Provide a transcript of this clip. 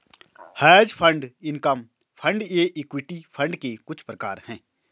hedge fund income fund ये equity fund के कुछ प्रकार हैं